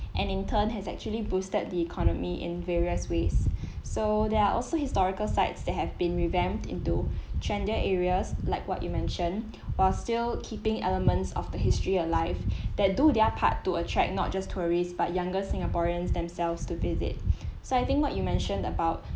and in turn has actually boosted the economy in various ways so there are also historical sites that have been revamped into trendier areas like what you mention while still keeping elements of the history alive that do their part to attract not just tourists but younger singaporeans themselves to visit citing what you mentioned about